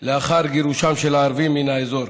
לאחר גירושם של הערבים מן האזור.